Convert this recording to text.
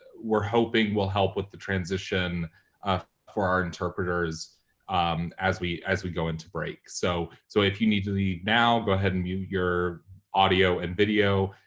we're hoping, will help with the transition ah for our interpreters as we as we go into break. break. so so if you need to leave now, go ahead and mute your audio and video.